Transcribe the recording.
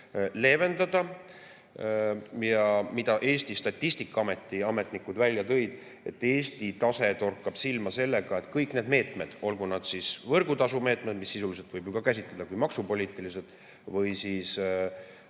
leevendada. Mida Eesti Statistikaameti ametnikud välja tõid? Eesti torkab silma sellega, et kõik need meetmed, olgu need siis võrgutasumeetmed, mida sisuliselt võib käsitleda kui maksupoliitilisi või siis